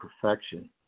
perfection